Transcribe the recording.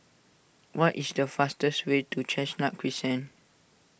what is the fastest way to Chestnut Crescent